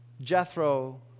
Jethro